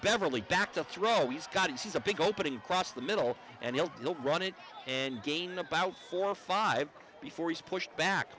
beverley back to throw he's got he's a big opening cross the middle and he'll run it and gain about four five before he's pushed back